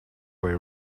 way